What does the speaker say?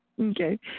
Okay